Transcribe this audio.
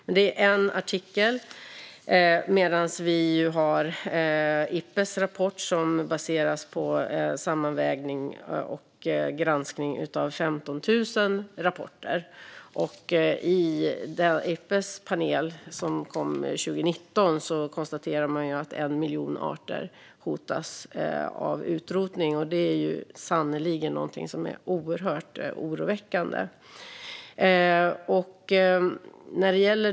Detta är en artikel medan Ipbes rapport baseras på sammanvägning och granskning av 15 000 rapporter. I Ipbes panel, som kom 2019, konstaterar man att 1 miljon arter hotas av utrotning. Detta är sannerligen oerhört oroväckande.